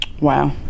Wow